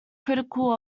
critical